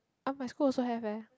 oh my school also have eh